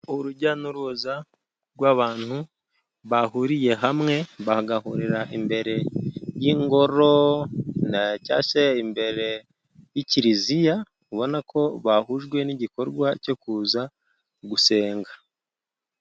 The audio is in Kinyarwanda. Urujya n'uruza rw'abantu bahuriye hamwe, bagahurira imbere y'ingoro cyangwa seshya imbere y'ikiliziya, ubona ko bahujwe n'igikorwa cyo kuza gusenga.